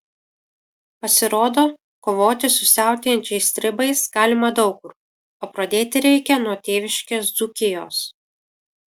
pasirodo kovoti su siautėjančiais stribais galima daug kur o pradėti reikia nuo tėviškės dzūkijos